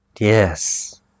Yes